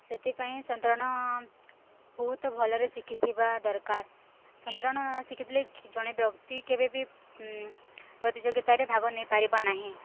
ସେଥିପାଇଁ ସନ୍ତରଣ ବହୁତ ଭଲରେ ଶିଖିଥିବା ଦରକାର ସନ୍ତରଣ ନ ଶିଖିଥିଲେ ଜଣେ ବ୍ୟକ୍ତି କେବେ ବି ପ୍ରତିଯୋଗିତାରେ ଭାଗ ନେଇପାରିବ ନାହିଁ